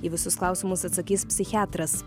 į visus klausimus atsakys psichiatras